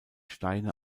steine